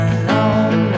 alone